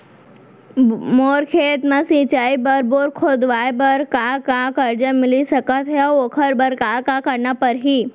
मोर खेत म सिंचाई बर बोर खोदवाये बर का का करजा मिलिस सकत हे अऊ ओखर बर का का करना परही?